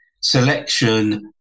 selection